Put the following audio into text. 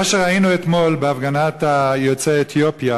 מה שראינו אתמול בהפגנת יוצאי אתיופיה